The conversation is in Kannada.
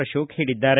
ಅಶೋಕ ಹೇಳಿದ್ದಾರೆ